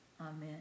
Amen